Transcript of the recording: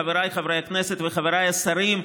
חבריי חברי הכנסת וחבריי השרים,